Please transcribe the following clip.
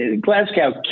Glasgow